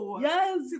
Yes